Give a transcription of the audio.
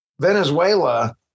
venezuela